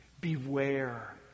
Beware